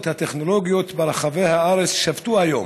הטכנולוגיות ברחבי הארץ שבתו היום